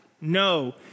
No